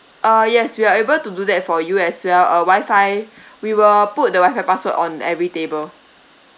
uh yes we are able to do that for you as well uh wifi we will put the wifi password on every table